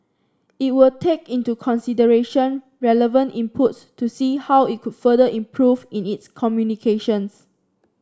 it will take into consideration relevant inputs to see how it could further improve in its communications